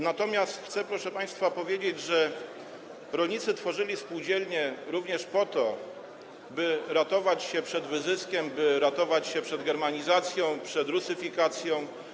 Natomiast chcę, proszę państwa, powiedzieć, że rolnicy tworzyli spółdzielnie również po to, by ratować się przed wyzyskiem, by ratować się przed germanizacją, przed rusyfikacją.